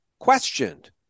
questioned